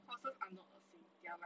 horses are not 恶心 they are like okay